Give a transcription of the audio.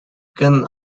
gunn